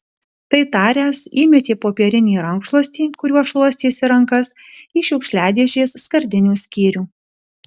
tai taręs įmetė popierinį rankšluostį kuriuo šluostėsi rankas į šiukšliadėžės skardinių skyrių